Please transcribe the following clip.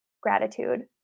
gratitude